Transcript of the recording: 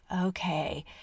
okay